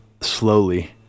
slowly